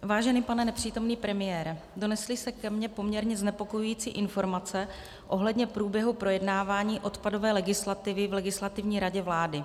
Vážený pane nepřítomný premiére, donesly se ke mně poměrně znepokojující informace ohledně průběhu projednávání odpadové legislativy v Legislativní radě vlády.